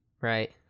right